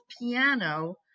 piano